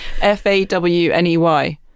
F-A-W-N-E-Y